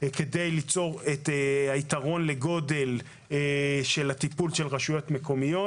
כדי ליצור את היתרון לגודל הטיפול של הרשויות המקומיות.